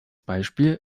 beispiel